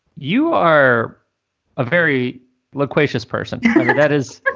you are a very loquacious person that is.